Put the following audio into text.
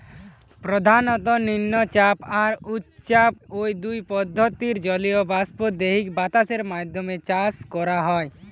প্রধানত নিম্নচাপ আর উচ্চচাপ, ঔ দুই পদ্ধতিরে জলীয় বাষ্প দেইকি বাতাসের মাধ্যমে চাষ করা হয়